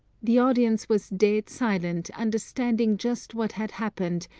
the audience was dead silent, understanding just what had happened,